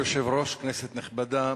ברשויות המקומיות.